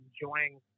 enjoying